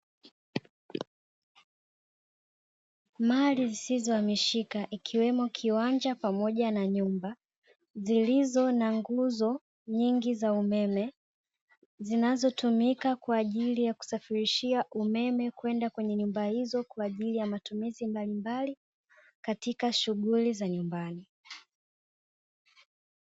Mali zisizo hamishika ikiwemo kiwanja pamoja na nyumba zilizo na nguzo nyingi za umeme, zinazo tumika kwajili ya kusafirishia umeme kwenda kwenye nyumba hizo kwajili ya matumizi mbalimbali katika shughuli za nyumbani.